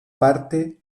parte